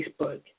Facebook